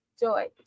Joy